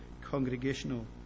congregational